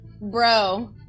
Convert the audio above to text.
Bro